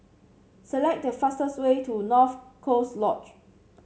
select the fastest way to North Coast Lodge